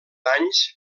anys